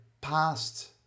past